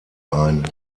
ein